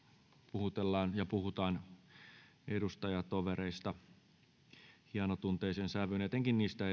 puhutellaan ja puhutaan edustajatovereista hienotunteiseen sävyyn etenkin niistä